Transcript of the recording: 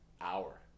hour